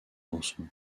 lançon